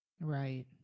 Right